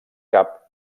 cap